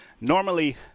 normally